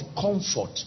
comfort